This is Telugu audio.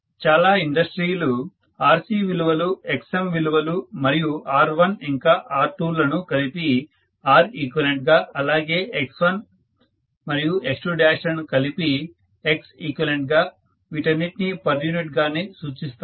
చాలా ఇండస్ట్రీలు RC విలువలు XM విలువలు మరియు R1 ఇంకా R2ల ను కలిపి Req గా అలాగే X1 మరియు X2 లను కలిపి Xeq గా వీటన్నిటిని పర్ యూనిట్ గానే సూచిస్తారు